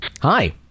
Hi